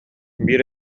биир